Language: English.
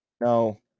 No